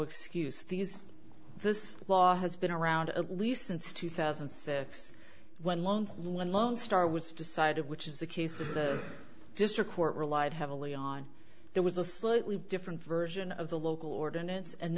excuse these this law has been around at least since two thousand and six when loans lonestar was decided which is the case of the district court relied heavily on there was a slightly different version of the local ordinance and